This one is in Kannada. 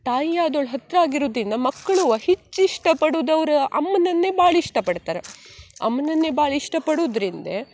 ತಾಯಿ ಆದವ್ಳು ಹತ್ತಿರ ಆಗಿರುದಿನ ಮಕ್ಳೂ ಹೆಚ್ಚು ಇಷ್ಟಪಡುದು ಅವ್ರ ಅಮ್ಮನನ್ನೇ ಭಾಳ ಇಷ್ಟಪಡ್ತಾರ ಅಮ್ಮನನ್ನೇ ಭಾಳ ಇಷ್ಟಪಡುದ್ರಿಂದ